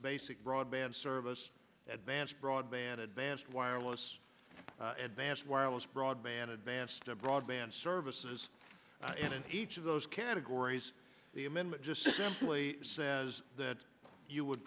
basic broadband service advanced broadband advanced wireless advanced wireless broadband advanced broadband services in each of those categories the amendment just simply says that you would